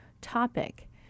topic